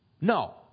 No